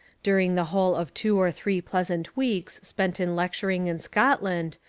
during the whole of two or three pleasant weeks spent in lecturing in scotland,